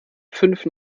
fünf